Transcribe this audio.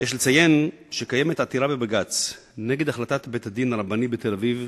יש לציין שיש עתירה בבג"ץ נגד החלטת בית-הדין הרבני בתל-אביב,